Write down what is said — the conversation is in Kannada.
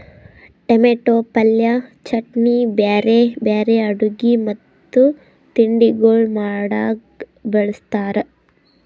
ಟೊಮೇಟೊ ಪಲ್ಯ, ಚಟ್ನಿ, ಬ್ಯಾರೆ ಬ್ಯಾರೆ ಅಡುಗಿ ಮತ್ತ ತಿಂಡಿಗೊಳ್ ಮಾಡಾಗ್ ಬಳ್ಸತಾರ್